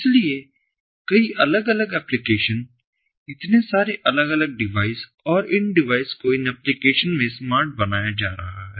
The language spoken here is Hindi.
इसलिए कई अलग अलग एप्लिकेशन इतने सारे अलग अलग डिवाइस और इन डिवाइस को इन एप्लिकेशन में स्मार्ट बनाया जा रहा है